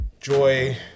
joy